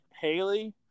Haley